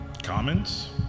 Comments